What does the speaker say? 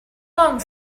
long